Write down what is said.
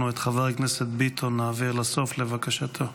את חבר הכנסת ביטון אנחנו נעביר לסוף, לבקשתו.